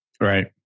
Right